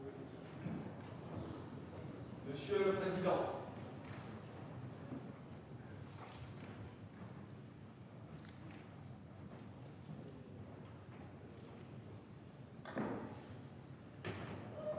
monsieur le président.